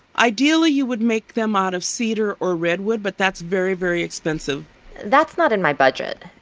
ideally, you would make them out of cedar or redwood, but that's very, very expensive that's not in my budget.